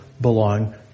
belong